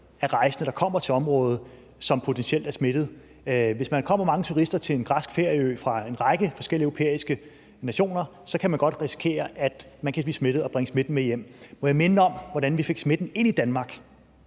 af rejsende, der kommer til området, og som potentielt er smittede. Hvis man kommer mange turister til en græsk ferieø fra en række forskellige europæiske nationer, kan man godt risikere, at man kan blive smittet og bringe smitten med hjem. Må jeg minde om, hvordan vi fik smitten ind i Danmark?